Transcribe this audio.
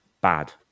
Bad